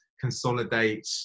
consolidate